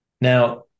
Now